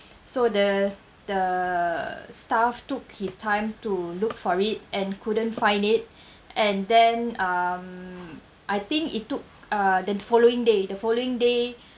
so the the staff took his time to look for it and couldn't find it and then um I think it took uh that following day the following day